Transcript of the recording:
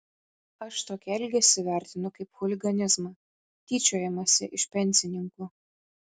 aš tokį elgesį vertinu kaip chuliganizmą tyčiojimąsi iš pensininkų